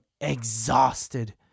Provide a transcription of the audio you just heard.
exhausted